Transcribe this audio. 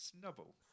Snubble